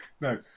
No